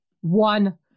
one